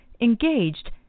engaged